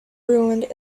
ruined